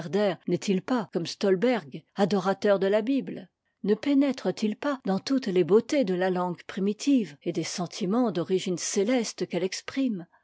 n'est-il pas comme stolberg adorateur de la bible ne pénètre t il pas dans toutes les beautés de la langue primitive et des sentiments d'origine céleste qu'elle exprime